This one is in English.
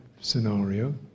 scenario